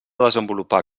desenvolupar